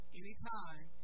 anytime